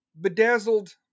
bedazzled